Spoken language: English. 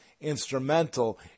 instrumental